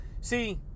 see